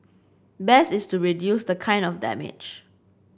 best is to reduce the kind of damage